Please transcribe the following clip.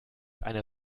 eine